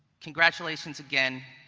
congratulations again,